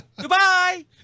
Goodbye